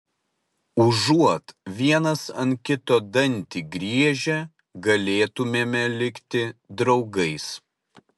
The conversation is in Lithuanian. užuot vienas ant kito dantį griežę galėtumėme likti draugais